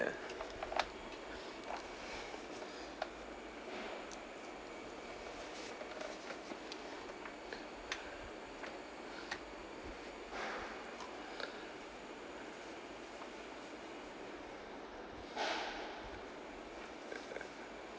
ya